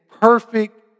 perfect